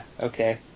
okay